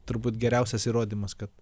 turbūt geriausias įrodymas kad